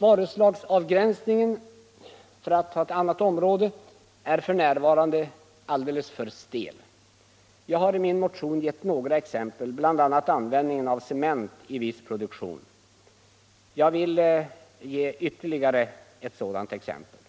Varuslagsavgränsningen — för att ta ett annat område — är f. n. alldeles för stel. Jag har i min motion gett några exempel, bl.a. användningen av cement i viss produktion. Jag vill ge ytterligare ett sådant exempel.